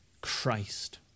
Christ